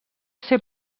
ser